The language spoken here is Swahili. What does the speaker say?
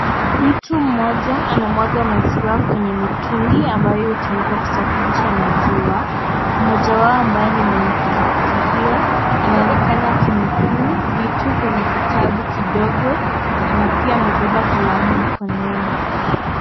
Mtu mmoja anamwaga maziwa kwenye mitungi ambayo hutumika kusafirisha maziwa. mmoja wao ambaye ni mwenye pikipiki hio anaonekana akinukuu vitu kwenye kitabu kidogo na pia amebeba kalamu mkononi.